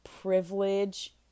privilege